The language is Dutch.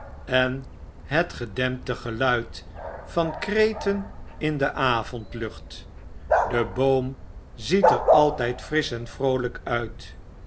en het gedempte geluid van kreten in de avondlucht de boom ziet er altyd frisch en vroolyk uit